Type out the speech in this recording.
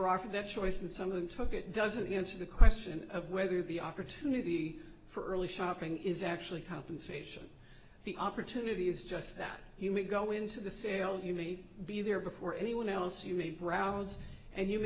were offered that choice in some of them took it doesn't answer the question of whether the opportunity for early shopping is actually compensation the opportunity is just that you may go into the sale you may be there before anyone else you may browse and you